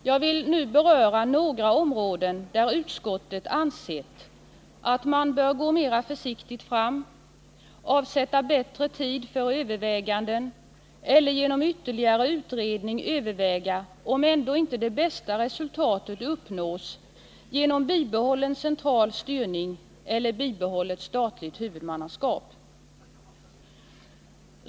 Jag vill beröra några områden, där utskottet ansett att man bör gå mera försiktigt fram, avsätta bättre tid för överväganden eller genom ytterligare utredning överväga om ändå inte det bästa resultatet uppnås genom bibehållen central styrning eller bibehållet statligt huvudmannaskap.